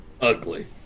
Ugly